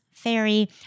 fairy